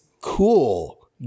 cool